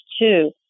two